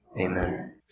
Amen